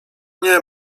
nie